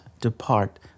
depart